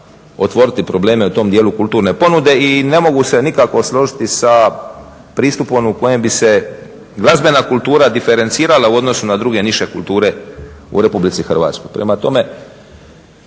otvoriti probleme u tom dijelu kulturne ponude i ne mogu se nikako složiti sa pristupom u kojem bi se glazbena kultura diferencirala u odnosu na druge niže kulture u RH. Prema tome,